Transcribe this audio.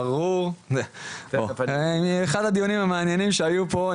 אחד הדיונים המעניינים שהיו פה,